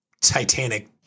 titanic